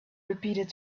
repeated